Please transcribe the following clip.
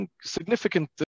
significant